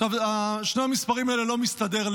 עכשיו שני המספרים האלה לא מסתדרים,